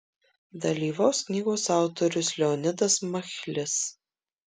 dalyvaus knygos autorius leonidas machlis